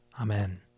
Amen